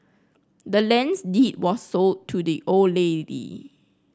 the land's deed was sold to the old lady